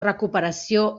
recuperació